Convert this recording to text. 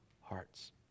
hearts